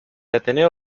ateneo